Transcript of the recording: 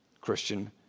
Christian